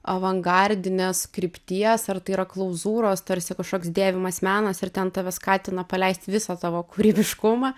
avangardinės krypties ar tai yra klauzūros tarsi kažkoks dėvimas menas ir ten tave skatina paleist visą tavo kūrybiškumą